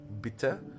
bitter